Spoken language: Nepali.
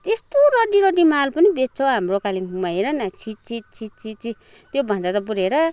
यस्तो रड्डी रड्डी माल पनि बेच्छ हौ हाम्रो कालिम्पोङमा हेर न छिः छिः छिः छिः छिः त्योभन्दा त बरू हेर